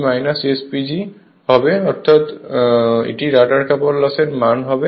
সুতরাং এটি rotor copper loss এর মান হবে